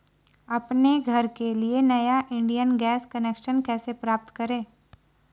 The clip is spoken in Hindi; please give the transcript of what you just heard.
अपने घर के लिए नया इंडियन गैस कनेक्शन कैसे प्राप्त करें?